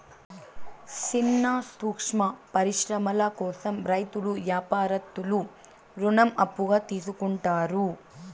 సిన్న సూక్ష్మ పరిశ్రమల కోసం రైతులు యాపారత్తులు రుణం అప్పుగా తీసుకుంటారు